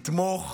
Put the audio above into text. יתמוך